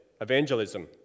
evangelism